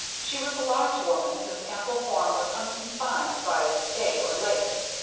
she was a large woman, whose ample form was unconfined by stay or lace,